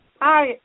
Hi